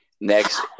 Next